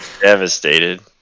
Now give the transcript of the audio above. Devastated